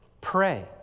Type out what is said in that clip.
Pray